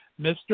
Mr